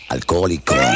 Alcohólico